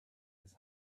his